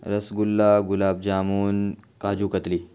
رس گلہ گلاب جامن کاجو کتلی